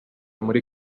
muri